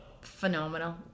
phenomenal